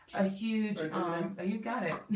a huge on ah you, got it.